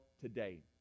today